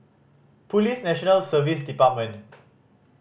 Police National Service Department